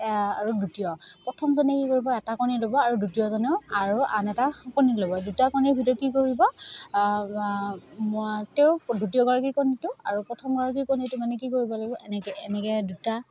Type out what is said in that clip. আৰু দ্বিতীয় প্ৰথমজনে কি কৰিব এটা কণী ল'ব আৰু দ্বিতীয়জনেও আৰু আন এটা কণী ল'ব দুটা কণীৰ ভিতৰত কি কৰিব তেওঁৰ দ্বিতীয়গৰাকীৰ কণীটো আৰু প্ৰথমগৰাকীৰ কণীটো মানে কি কৰিব লাগিব এনেকৈ এনেকৈ দুটা